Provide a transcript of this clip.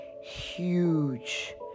huge